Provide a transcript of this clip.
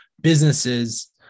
businesses